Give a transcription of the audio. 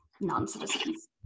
non-citizens